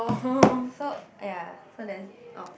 so ya so that's all